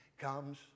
comes